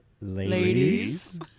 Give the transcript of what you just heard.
ladies